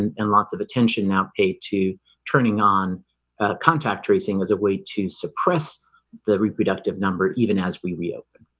and and lots of attention now paid to turning on ah contact tracing as a way to suppress the reproductive number even as we reopen